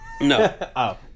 No